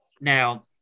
Now